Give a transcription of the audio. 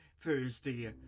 Thursday